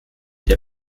der